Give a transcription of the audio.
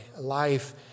life